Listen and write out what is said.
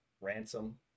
ransom